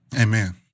Amen